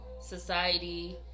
society